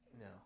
No